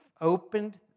opened